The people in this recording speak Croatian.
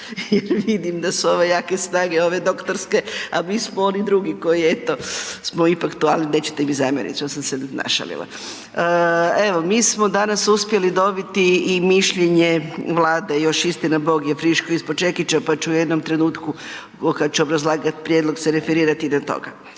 vidim da su ove jake snage ove doktorske, a mi smo oni drugi koji smo eto ipak tu, ali nećete mi zamjeriti što sam se našalila. Evo, mi smo danas uspjeli dobiti i mišljenje Vlade, još istinabog je friško ispod čekića pa ću u jednom trenutku kada ću obrazlagati prijedlog se referirati i na toga.